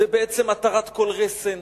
זו בעצם התרת כל רסן,